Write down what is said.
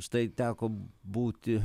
štai teko būti